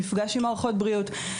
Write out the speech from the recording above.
מפגש עם מערכות בריאות,